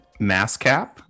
MassCap